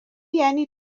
یعنی